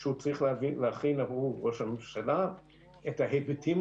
שהוא צריך להכין עבור ראש הממשלה את ההיבטים